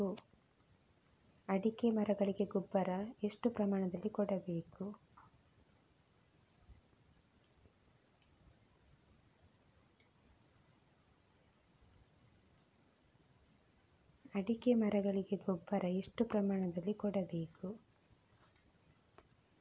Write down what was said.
ಅಡಿಕೆ ಮರಗಳಿಗೆ ಗೊಬ್ಬರ ಎಷ್ಟು ಪ್ರಮಾಣದಲ್ಲಿ ಕೊಡಬೇಕು?